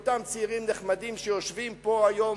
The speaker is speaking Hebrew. לאותם צעירים נחמדים שיושבים פה היום,